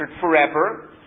forever